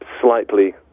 slightly